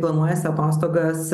planuojasi atostogas